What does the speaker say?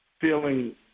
feeling